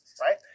right